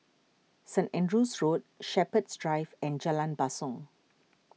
St andrew's Road Shepherds Drive and Jalan Basong